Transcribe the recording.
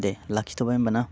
दे लाखिथ'बाय होम्बा ना